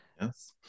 Yes